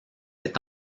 est